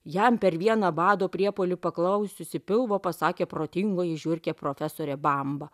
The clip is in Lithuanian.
jam per vieną bado priepuolių paklausiusi pilvo pasakė protingoji žiurkė profesorė bamba